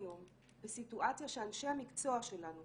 בסיטואציה שאנשי המקצוע שלנו,